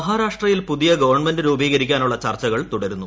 മഹാരാഷ്ട്രയിൽ പുതിയ ഗവൺമെന്റ് രൂപീകരിക്കാനുള്ള ചർച്ചകൾ തുടരുന്നു